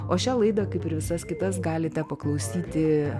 o šią laidą kaip ir visas kitas galite paklausyti